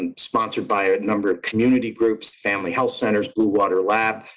and sponsored by a number of community groups family health centers, bluewater lab,